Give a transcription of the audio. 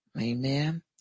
Amen